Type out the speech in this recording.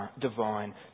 divine